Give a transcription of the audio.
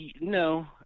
no